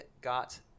got